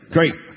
Great